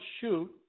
shoot